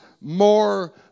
more